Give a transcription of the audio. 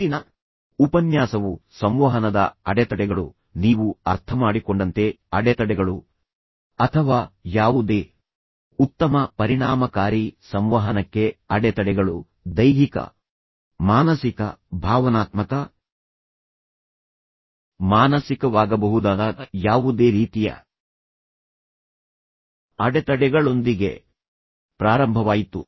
ಹಿಂದಿನ ಉಪನ್ಯಾಸವು ಸಂವಹನದ ಅಡೆತಡೆಗಳು ನೀವು ಅರ್ಥಮಾಡಿಕೊಂಡಂತೆ ಅಡೆತಡೆಗಳು ಅಥವಾ ಯಾವುದೇ ಉತ್ತಮ ಪರಿಣಾಮಕಾರಿ ಸಂವಹನಕ್ಕೆ ಅಡೆತಡೆಗಳು ದೈಹಿಕ ಮಾನಸಿಕ ಭಾವನಾತ್ಮಕ ಮಾನಸಿಕವಾಗಬಹುದಾದ ಯಾವುದೇ ರೀತಿಯ ಅಡೆತಡೆಗಳೊಂದಿಗೆ ಪ್ರಾರಂಭವಾಯಿತು